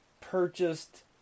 purchased